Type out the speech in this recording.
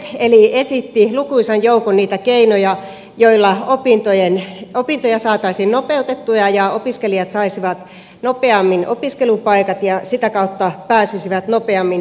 ja joka esitti lukuisan joukon niitä keinoja joilla opintoja saataisiin nopeutettua ja opiskelijat saisivat nopeammin opiskelupaikat ja sitä kautta pääsisivät nopeammin työelämään mukaan